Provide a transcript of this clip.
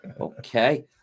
okay